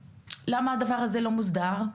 למה הדבר הזה לא מוסדר?